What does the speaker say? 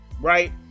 right